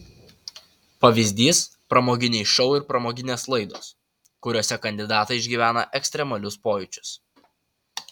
pavyzdys pramoginiai šou ir pramoginės laidos kuriose kandidatai išgyvena ekstremalius pojūčius